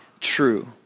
true